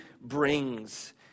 brings